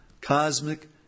cosmic